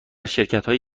شرکتهایی